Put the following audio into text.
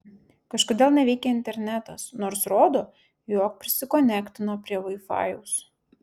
kažkodėl neveikia internetas nors rodo jog prisikonektino prie vaifajaus